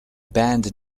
band